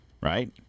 Right